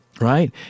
right